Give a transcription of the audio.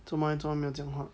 做什么诶做什么没有讲话